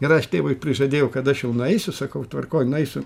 ir aš tėvui prižadėjau kad aš jau nueisiu sakau tvarkoj nueisiu